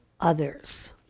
others